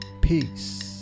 Peace